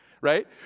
right